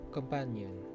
Companion